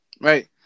right